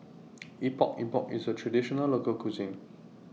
Epok Epok IS A Traditional Local Cuisine